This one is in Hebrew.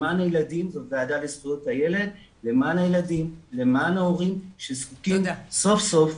למען הילדים בוועדה לזכויות הילד ולמען ההורים שזקוקים סוף-סוף,